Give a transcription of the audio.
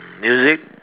music